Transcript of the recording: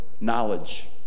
knowledge